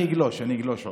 אני אגלוש, אני אגלוש עוד.